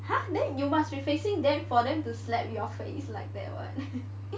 !huh! then you must be facing them for them to slap your face like that [what]